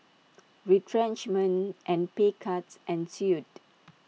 retrenchment and pay cuts ensued